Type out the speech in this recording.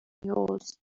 yours